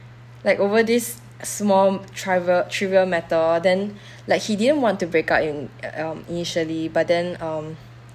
like over this s~ small triv~ trivial matter then like he didn't want to break up in~ um initially but then um